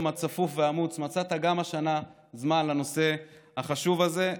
הצפוף והעמוס מצאת גם השנה זמן לנושא החשוב הזה.